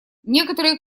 некоторые